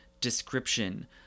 description